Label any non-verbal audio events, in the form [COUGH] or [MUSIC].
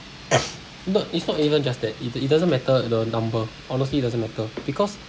[NOISE] not it's not even just that it it doesn't matter the number honestly it doesn't matter because